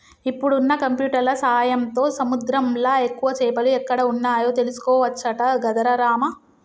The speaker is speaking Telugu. ఇప్పుడున్న కంప్యూటర్ల సాయంతో సముద్రంలా ఎక్కువ చేపలు ఎక్కడ వున్నాయో తెలుసుకోవచ్చట గదరా రామా